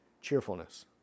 cheerfulness